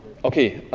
okay.